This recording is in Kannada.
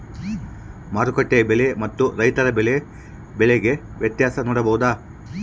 ಮಾರುಕಟ್ಟೆ ಬೆಲೆ ಮತ್ತು ರೈತರ ಬೆಳೆ ಬೆಲೆ ವ್ಯತ್ಯಾಸ ನೋಡಬಹುದಾ?